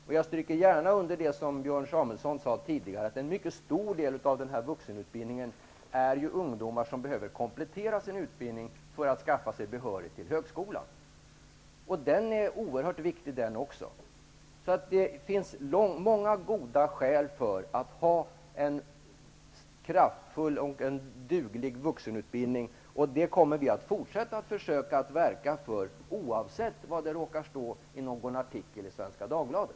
Och jag stryker gärna under vad Björn Samuelson sade tidigare -- att en mycket stor del av vuxenutbildningen gäller ungdomar som behöver sin utbildning för att skaffa sig behörighet till högskolan. Den utbildningen är också oerhört viktig. Det finns många goda skäl för att ha en kraftfull och duglig vuxenutbildning, och vi kommer att fortsätta att verka för detta, oavsett vad det råkar stå i någon artikel i Svenska Dagbladet.